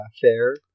fair